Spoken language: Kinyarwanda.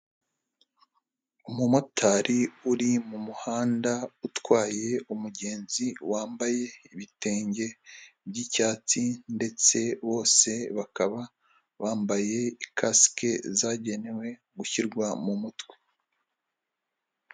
Umumotari uri mu muhanda utwaye umugenzi, wambaye ibitenge by'icyatsi ndetse bose bakaba bambaye ikasike zagenewe gushyirwa mu mutwe.